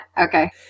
Okay